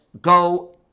go